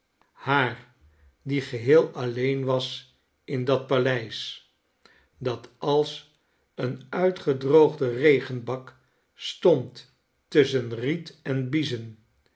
haar die geheel alleen was in dat paleis dat als een uitgedroogde regenbak stond tusschen riet en biezen